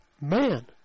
man